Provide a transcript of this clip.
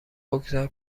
بگذار